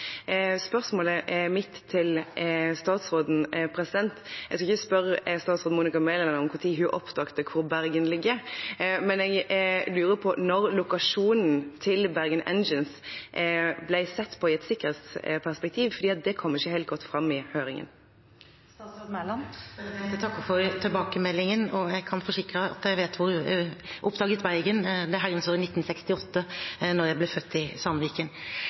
Jeg skal ikke spørre statsråd Monica Mæland om når hun oppdaget hvor Bergen ligger, men jeg lurer på når lokasjonen til Bergen Engines ble sett på i et sikkerhetsperspektiv, for det kom ikke helt godt fram i høringen. Jeg takker for tilbakemeldingen, og jeg kan forsikre at jeg oppdaget Bergen det Herrens år 1968, da jeg ble født i Sandviken.